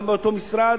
גם באותו משרד,